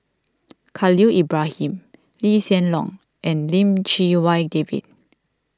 Khalil Ibrahim Lee Hsien Loong and Lim Chee Wai David